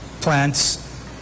plants